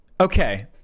Okay